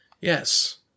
Yes